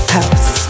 House